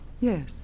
Yes